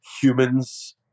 humans